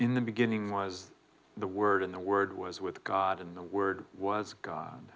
in the beginning was the word in the word was with god in the word was go